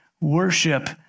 Worship